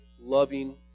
loving